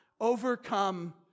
overcome